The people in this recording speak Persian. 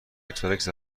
اکسپرس